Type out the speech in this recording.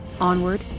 Onward